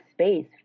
space